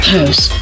House